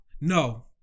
No